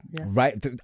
right